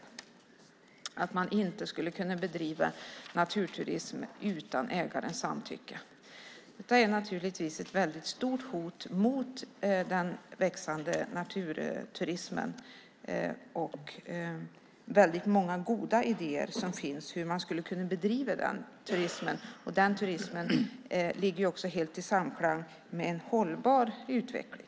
Man skulle inte kunna bedriva naturturism utan ägarens samtycke. Detta är naturligtvis ett väldigt stort hot mot den växande naturturismen. Väldigt många goda idéer finns om hur man skulle kunna bedriva den turismen. Den turismen ligger också helt i samklang med en hållbar utveckling.